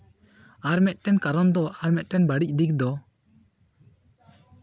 ᱟᱨ ᱢᱤᱫᱴᱮᱱ ᱠᱟᱨᱚᱱ ᱫᱚ ᱟᱨ ᱢᱤᱫᱴᱮᱱ ᱵᱟ ᱲᱤᱡ ᱫᱤᱠ ᱫᱚ